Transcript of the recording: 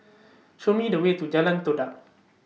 Show Me The Way to Jalan Todak